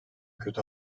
kötü